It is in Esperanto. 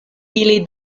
ili